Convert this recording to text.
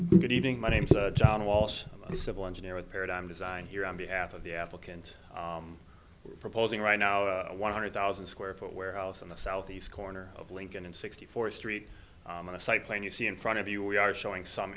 evening my name's john walsh a civil engineer with paradigm design here on behalf of the applicant we're proposing right now a one hundred thousand square foot warehouse in the southeast corner of lincoln and sixty fourth street on a site plan you see in front of you we are showing some